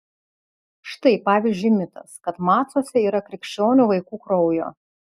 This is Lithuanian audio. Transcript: štai pavyzdžiui mitas kad macuose yra krikščionių vaikų kraujo